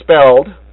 spelled